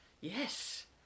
Yes